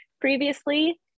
previously